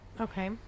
okay